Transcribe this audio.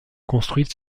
construite